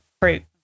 fruit